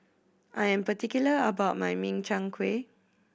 I am particular about my Min Chiang Kueh